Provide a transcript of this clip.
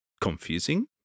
confusing